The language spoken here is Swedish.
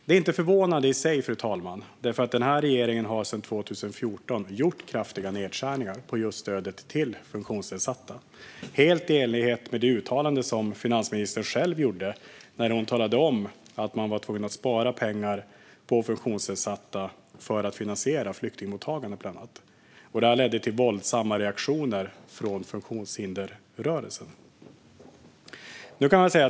Det är inte förvånande i sig, fru talman, för regeringen har sedan 2014 gjort kraftiga nedskärningar på stödet till funktionsnedsatta. Det är helt i enlighet med det uttalande som finansministern själv gjorde när hon talade om att man var tvungen att spara pengar på funktionsnedsatta för att bland annat finansiera flyktingmottagandet. Det här ledde till våldsamma reaktioner från funktionshindersrörelsen.